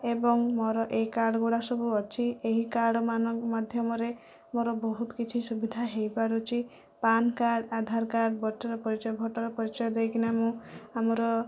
ଏବଂ ମୋର ଏହି କାର୍ଡ଼ ଗୁଡ଼ା ସବୁ ଅଛି ଏହି କାର୍ଡ଼ମାନଙ୍କ ମାଧ୍ୟମରେ ମୋର ବହୁତ କିଛି ସୁବିଧା ହୋଇପାରୁଛି PAN card Aadhaar card voter ପରିଚୟ ଭୋଟର ପରିଚୟ ଦେଇକିନା ମୁଁ ଆମର